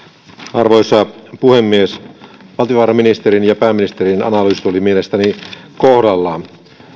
arvoisa puhemies valtiovarainministerin ja pääministerin analyysit olivat mielestäni kohdallaan